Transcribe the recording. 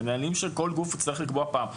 אלא אלה נהלים שכל גוף יצטרך לקבוע פעם.